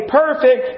perfect